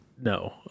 No